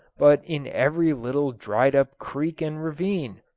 but in every little dried-up creek and ravine.